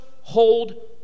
hold